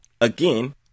again